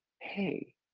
hey